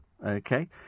Okay